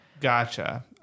gotcha